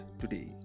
today